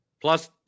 Plus